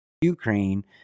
Ukraine